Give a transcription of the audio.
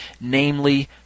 namely